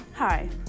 Hi